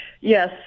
Yes